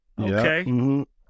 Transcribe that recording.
Okay